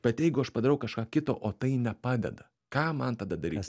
bet jeigu aš padarau kažką kito o tai nepadeda ką man tada daryt